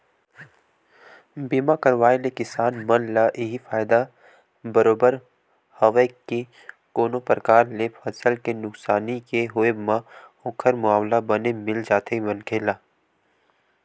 बीमा करवाय ले किसान मन ल इहीं फायदा बरोबर हवय के कोनो परकार ले फसल के नुकसानी के होवब म ओखर मुवाला बने मिल जाथे मनखे ला